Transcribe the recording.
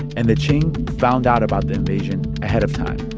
and the qing found out about the invasion ahead of time.